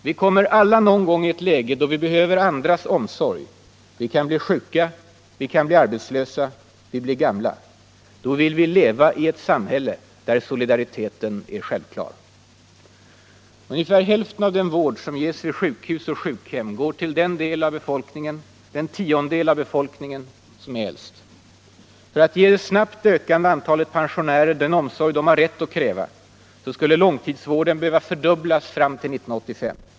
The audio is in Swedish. Vi kommer alla någon gång i ett läge där vi behöver andras omsorg: vi kan bli sjuka, vi kan bli arbetslösa, vi blir gamla. Då vill vi leva i ett samhälle där solidariteten är självklar. Ungefär hälften av den vård som ges vid sjukhus och sjukhem går till den tiondel av befolkningen som är äldst. För att ge det snabbt ökande antalet pensionärer den omsorg de har rätt att kräva skulle långtidsvården behöva fördubblas fram till 1985.